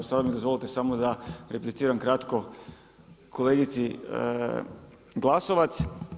Sada mi dozvolite samo da repliciram kratko kolegici Glasovac.